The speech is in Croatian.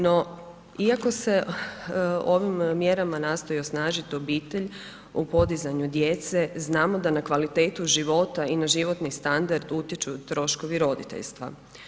No, iako se ovim mjerama nastoji osnažiti obitelj u podizanju djece znamo da na kvalitetu života i na životni standard utječu troškovi roditeljstva.